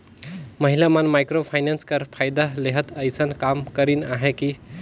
महिला मन micro finance कर फएदा लेहत अइसन काम करिन अहें कि